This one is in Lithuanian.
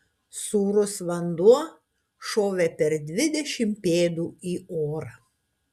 sūrus vanduo šovė per dvidešimt pėdų į orą